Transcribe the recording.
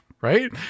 right